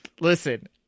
listen